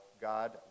God